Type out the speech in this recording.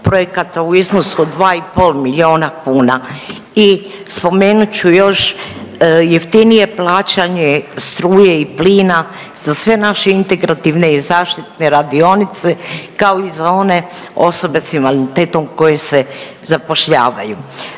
u iznosu od 2,5 miliona kuna. I spomenut ću još jeftinije plaćanje struje i plina za sve naše integrativne i zaštitne radionice kao i za one osobe s invaliditetom koje se zapošljavaju.